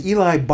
Eli